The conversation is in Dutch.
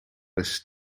eens